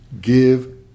give